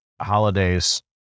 holidays